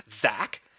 Zach